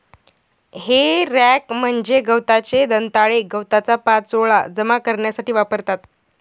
हे रॅक म्हणजे गवताचे दंताळे गवताचा पाचोळा जमा करण्यासाठी वापरतात